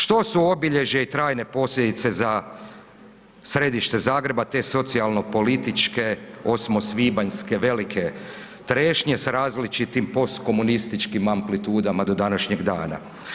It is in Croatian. Što su obilježja i trajne posljedice za središte Zagreba, te socijalno političke osmosvibanjske velike trešnje sa različitim postkomunističkim amplitudama do današnjeg dana?